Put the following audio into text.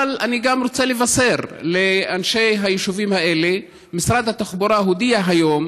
אבל אני רוצה לבשר לאנשי היישובים האלה: משרד התחבורה הודיע היום